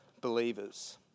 believers